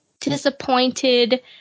disappointed